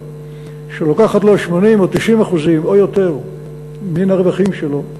שלוקחת לו 80% או 90% או יותר מן הרווחים שלו,